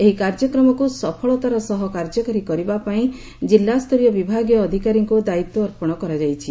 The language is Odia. ଏହି କାର୍ଯ୍ୟକ୍ରମକୁ ସଫଳତାର ସହ କାର୍ଯ୍ୟକାରୀ କରିବା ପାଇଁ ଜିଲ୍ଲାସ୍ତରୀୟ ବିଭାଗୀୟ ଅଧିକାରୀଙ୍କୁ ଦାୟିତ୍ୱ ଅର୍ପଣ କରାଯାଇଛି